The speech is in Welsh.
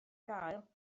gael